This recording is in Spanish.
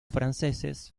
franceses